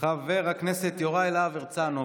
חבר הכנסת יוראי להב הרצנו.